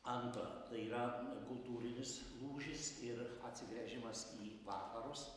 antra tai yra kultūrinis lūžis ir atsigręžimas į vakarus